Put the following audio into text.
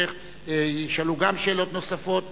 ישאלו שאלות נוספות,